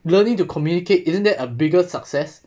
learning to communicate isn't that a bigger success